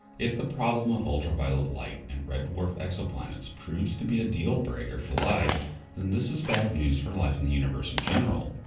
if the problem of ultraviolet light and red dwarf exoplanets proves to be a deal breaker for life, then this is bad news for life in the universe in general.